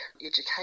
education